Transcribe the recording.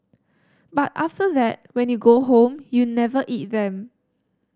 but after that when you go home you never eat them